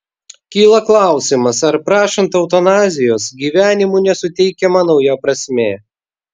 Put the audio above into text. kyla klausimas ar prašant eutanazijos gyvenimui nesuteikiama nauja prasmė